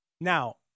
Now